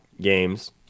games